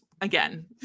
again